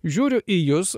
žiūriu į jus